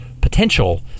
potential